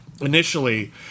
initially